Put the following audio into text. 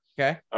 Okay